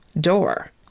door